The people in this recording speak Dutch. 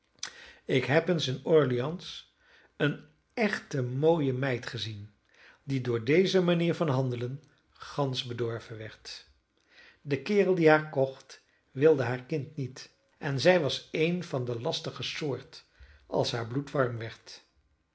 ik heb eens in orleans eene echt mooie meid gezien die door deze manier van handelen gansch bedorven werd de kerel die haar kocht wilde haar kind niet en zij was eene van de lastige soort als haar bloed warm werd